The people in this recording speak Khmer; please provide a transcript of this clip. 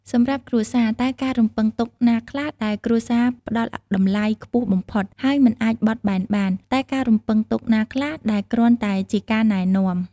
សម្រាប់គ្រួសារ តើការរំពឹងទុកណាខ្លះដែលគ្រួសារផ្ដល់តម្លៃខ្ពស់បំផុត ហើយមិនអាចបត់បែនបាន? តើការរំពឹងទុកណាខ្លះដែលគ្រាន់តែជាការណែនាំ?